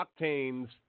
Octane's